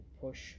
push